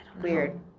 Weird